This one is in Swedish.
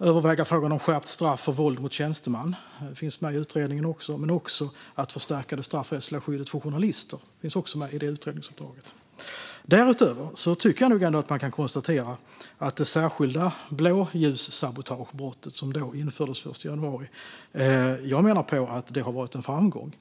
överväga frågan om skärpt straff för våld mot tjänsteman men också att förstärka det straffrättsliga skyddet för journalister. Jag tycker nog ändå att man kan konstatera att det särskilda blåljussabotagebrottet, som infördes den 1 januari, har varit en framgång.